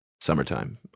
Summertime